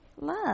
love